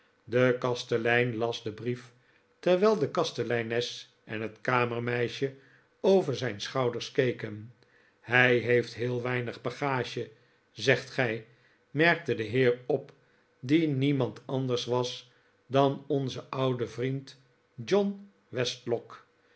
de kastelein las den brief terwijl de kasteleines en het kamermeisje over zijn schouders keken hij heeft heel weinig bagage zegt gij merkte de heer op die niemand anders was dan onze oude vriend john